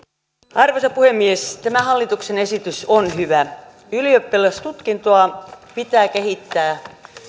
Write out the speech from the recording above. arvoisa puhemies tämä hallituksen esitys on hyvä ylioppilastutkintoa pitää kehittää